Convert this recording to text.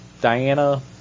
Diana